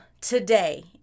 today